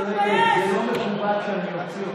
חברת הכנסת רגב, בבקשה.